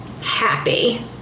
happy